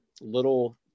little